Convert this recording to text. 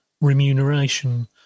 remuneration